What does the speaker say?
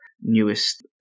newest